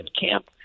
camp